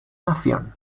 nación